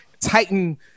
titan